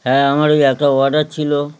হ্যাঁ আমার এই একটা অর্ডার ছিলো